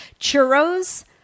Churros